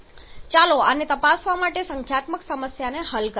ચાલો આને તપાસવા માટે સંખ્યાત્મક સમસ્યાને ઝડપથી હલ કરીએ